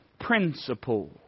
principle